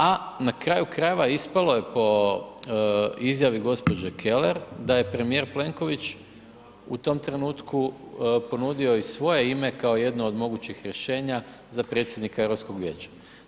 A na kraju krajeva, ispalo je po izjavi gđe. Keller da je premijer Plenković u tom trenutku ponudio i svoje ime kao jedno od mogućih rješenja za predsjednika Europskog vijeća.